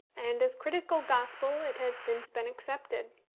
and as critical gospel it has since been accepted.